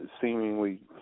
seemingly